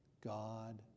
God